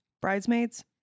Bridesmaids